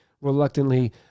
reluctantly